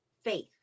faith